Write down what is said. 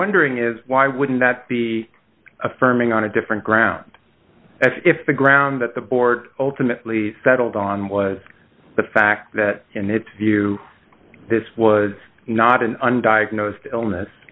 wondering is why wouldn't that be affirming on a different ground if the ground that the board ultimately settled on was the fact that in its view this was not an undiagnosed illness